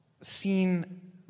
seen